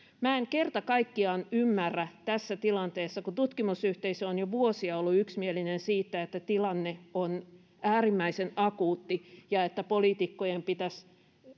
en kerta kaikkiaan ymmärrä tässä tilanteessa kun tutkimusyhteisö on jo vuosia ollut yksimielinen siitä että tilanne on äärimmäisen akuutti ja että poliitikkojen pitäisi